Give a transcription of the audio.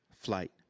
flight